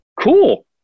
cool